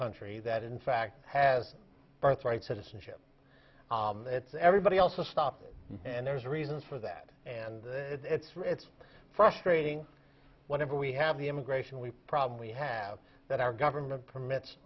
country that in fact has birthright citizenship it's everybody else has stopped and there's reasons for that and it's it's frustrating whatever we have the immigration we probably have that our government permits